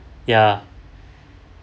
ya